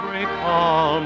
recall